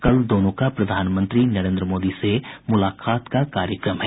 कल दोनों का प्रधानमंत्री नरेन्द्र मोदी से मुलाकात का कार्यक्रम है